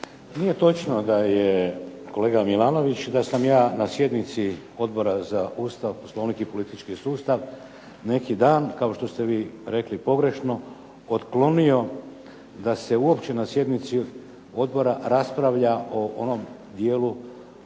Nije točno kolega Milanović da sam ja na sjednici Odbora za Ustav, Poslovnik i politički sustav neki dan kao što ste vi rekli pogrešno otklonio da se uopće na sjednici odbora raspravlja o onom dijelu